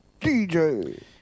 DJ